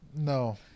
No